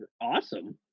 awesome